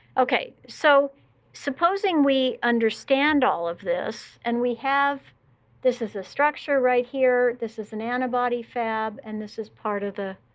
ok, so supposing we understand all of this, and we have this is a structure right here, this is an antibody fab, and this is part of the